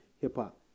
hip-hop